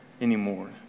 anymore